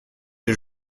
est